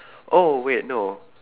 oh wait no